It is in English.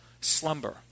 slumber